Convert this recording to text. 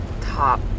Top